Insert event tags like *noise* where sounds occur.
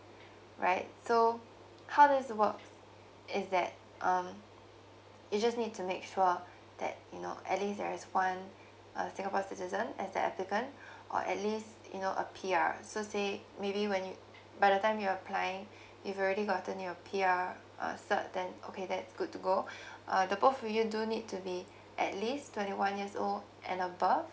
*breath* right so how does it work is that um you just need to make sure *breath* that you know at least there is one *breath* uh singapore citizen as the applicant *breath* or at least you know a P_R so say maybe when you by the time you're applying *breath* if you already gotten your P_R uh cert then okay that's good to go *breath* uh the both of you do need to be *breath* at least twenty one years old and above